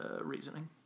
reasoning